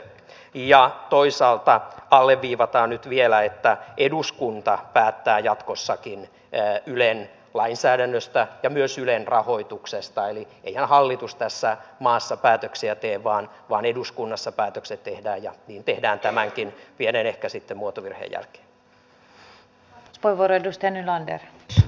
ja toisaalta alleviivataan nyt vielä että eduskunta päättää jatkossakin ylen lainsäädännöstä ja myös ylen rahoituksesta eli eihän hallitus tässä maassa päätöksiä tee vaan eduskunnassa päätökset tehdään ja niin tehdään tämänkin pienen ehkä sitten muotovirheen jälkeen